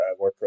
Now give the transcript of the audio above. WordPress